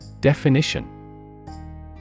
Definition